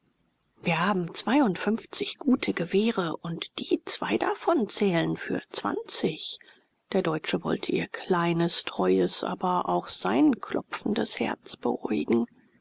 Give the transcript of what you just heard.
wir haben zweiundfünfzig gute gewehre und die zwei davon zählen für zwanzig der deutsche wollte ihr kleines treues aber auch sein klopfendes herz beruhigen